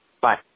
Bye